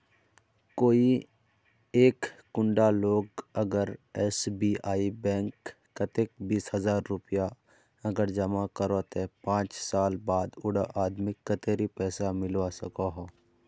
कोई एक कुंडा लोग अगर एस.बी.आई बैंक कतेक बीस हजार रुपया अगर जमा करो ते पाँच साल बाद उडा आदमीक कतेरी पैसा मिलवा सकोहो?